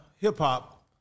hip-hop